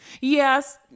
Yes